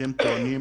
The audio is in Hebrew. אתם טוענים,